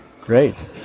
Great